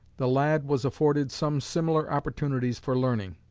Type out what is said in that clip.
the lad was afforded some similar opportunities for learning.